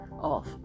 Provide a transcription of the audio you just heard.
off